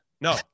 no